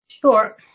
Sure